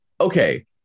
okay